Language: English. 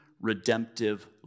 redemptive